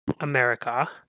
America